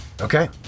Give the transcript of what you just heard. Okay